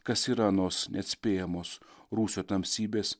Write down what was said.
kas yra anos neatspėjamos rūsio tamsybės